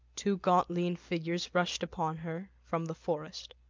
two gaunt lean figures rushed upon her from the forest.